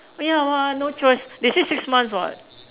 but ya [what] no choice they say six months [what]